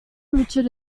richard